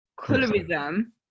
colorism